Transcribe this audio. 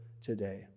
today